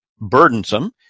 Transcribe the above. burdensome